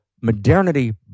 modernity